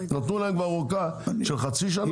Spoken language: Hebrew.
נתנו להם כבר ארכה של חצי שנה.